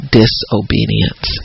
disobedience